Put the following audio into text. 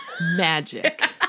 magic